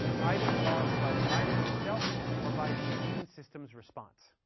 either caused by the virus itself or by the immune system's response.